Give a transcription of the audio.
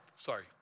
sorry